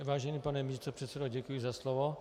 Vážený pane místopředsedo, děkuji za slovo.